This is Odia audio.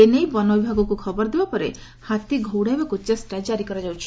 ଏ ନେଇ ବନବିଭାଗକୁ ଖବରଦେବା ପରେ ହାତୀ ଘୋଉଡାଇବାକୁ ଚେଷ୍ଟା ଜାରି କରାଯାଇଛି